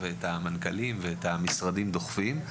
את המנכ"לים ואת המשרדים דוחפים,